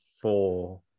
four